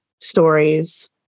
stories